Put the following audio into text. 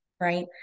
right